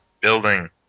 building